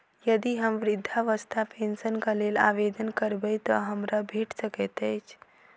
यदि हम वृद्धावस्था पेंशनक लेल आवेदन करबै तऽ हमरा भेट सकैत अछि?